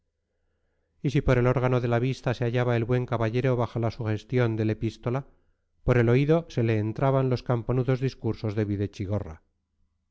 y si por el órgano de la vista se hallaba el buen caballero bajo la sugestión del epístola por el oído se le entraban los campanudos discursos de